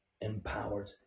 empowered